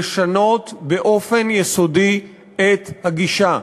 לשנות באופן יסודי את הגישה.